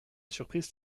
surprise